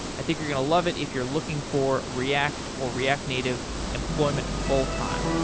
i think you're going to love it, if you're looking for react or react native employment full-time